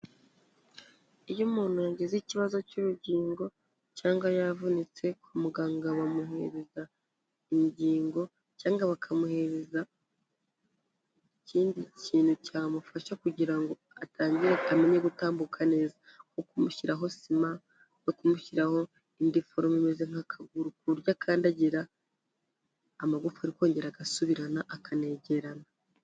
Iyo umuntu yagize ikibazo cy'urugingo, cyangwa yavunitse kwa muganga bamuhererereza ingingo, cyangwa bakamuhereza ikindi kintu cyamufasha kugira ngo atangire amenye gutambuka neza, nko kumushyiraho sima no kumushyiraho indi foromo imeze nk'akaguru ku buryo akandagira amagufwa akokongera agasubirana akanegerana.